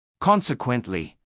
Consequently